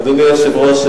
אדוני היושב-ראש,